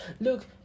Look